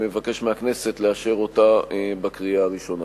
מבקש מהכנסת לאשר אותה בקריאה הראשונה.